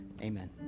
Amen